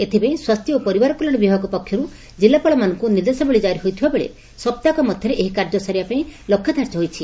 ଏଥିପାଇଁ ସ୍ୱାସ୍ଥ୍ୟ ଓ ପରିବାର କଲ୍ୟାଶ ବିଭାଗ ପକ୍ଷରୁ ଜିଲ୍ଲାପାଳମାନଙ୍କୁ ନିର୍ଦ୍ଦେଶାବଳୀ କାରି ହୋଇଥିବାବେଳେ ସପ୍ତାହକ ମଧରେ ଏହି କାର୍ଯ୍ୟ ସାରିବା ପାଇଁ ଲକ୍ଷ୍ୟ ଧାର୍ଯ୍ୟ ହୋଇଛି